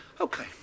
Okay